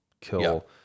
kill